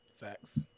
facts